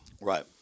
Right